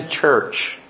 church